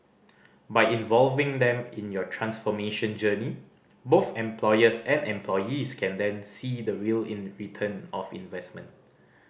by involving them in your transformation journey both employers and employees can then see the real in return of investment